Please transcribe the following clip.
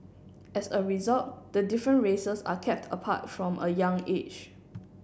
as a result the different races are kept apart from a young age